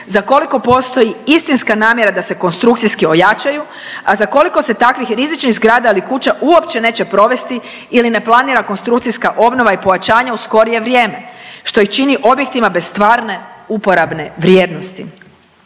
za koliko postoji istinska namjera da se konstrukciji ojačaju, a za koliko se takvih rizičnih zgrada ili kuća uopće neće provesti ili ne planira konstrukcija obnova i pojačanje u skorije vrijeme što ih čini objektima bez stvarne uporabne vrijednosti.